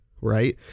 right